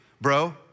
bro